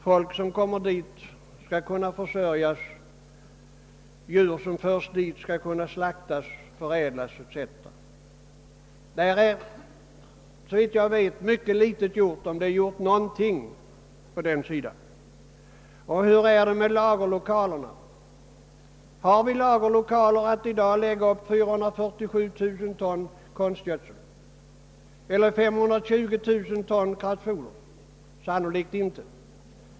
Folk som kommer dit skall kunna försörjas, djur som förs dit skall kunna slaktas, köttet förädlas o. s. v. Såvitt jag vet har mycket litet — om ens någonting — gjorts på den sidan. Hur förhåller det sig med lagerlokalerna? Har vi lagerlokaler där vi i dag kan lägga upp 447 000 ton konstgödsel eller 520 000 ton kraftfoder? Sannolikt inte.